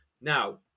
Now